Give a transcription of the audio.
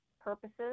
purposes